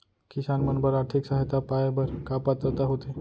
किसान मन बर आर्थिक सहायता पाय बर का पात्रता होथे?